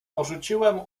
porzuciłem